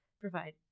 provide